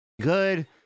good